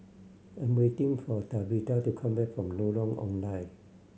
I'm waiting for Tabitha to come back from Lorong Ong Lye